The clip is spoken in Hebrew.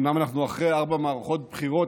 אומנם אנחנו אחרי ארבע מערכות בחירות,